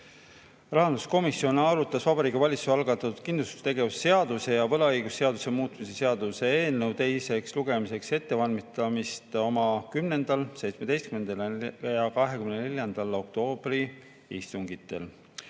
Rahanduskomisjon arutas Vabariigi Valitsuse algatatud kindlustustegevuse seaduse ja võlaõigusseaduse muutmise seaduse eelnõu teiseks lugemiseks ettevalmistamist oma 10.,17., ja 24. oktoobri istungil.